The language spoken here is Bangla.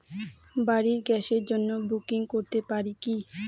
বাড়ির গ্যাসের জন্য বুকিং করতে পারি কি?